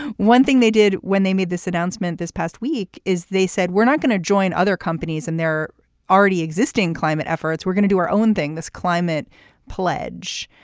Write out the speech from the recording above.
one thing they did when they made this announcement this past week is they said we're not going to join other companies and they're already existing climate efforts we're going to do our own thing this climate pledge.